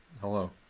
Hello